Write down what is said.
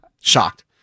Shocked